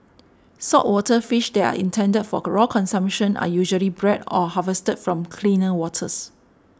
saltwater fish that are intended for raw consumption are usually bred or harvested from cleaner waters